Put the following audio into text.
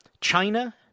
China